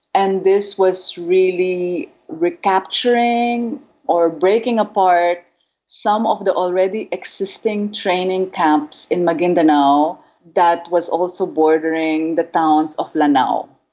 and this was really recapturing recapturing or breaking apart some of the already existing training camps in maguindanao that was also bordering the towns of lanao.